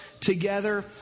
together